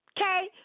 Okay